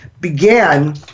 began